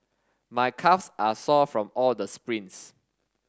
my calves are sore from all the sprints